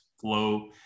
flow